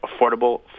affordable